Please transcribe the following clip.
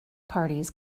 parties